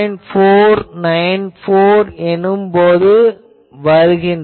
494 எனும்போது வருகிறது